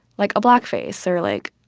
like, a black face or, like,